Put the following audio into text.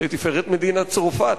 לתפארת מדינת צרפת,